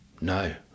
No